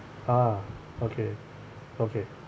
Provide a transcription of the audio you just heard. ah okay okay